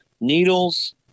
needles